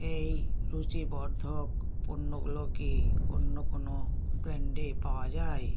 এই রুচিবর্ধক পণ্যগুলো কি অন্য কোনো ব্র্যান্ডে পাওয়া যায়